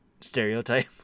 stereotype